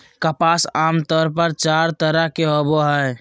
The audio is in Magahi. कपास आमतौर पर चार तरह के होवो हय